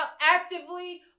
actively